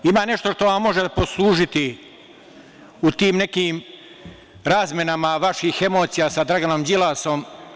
Ima nešto što vam može poslužiti u tim nekim razmenama vaših emocija sa Draganom Đilasom.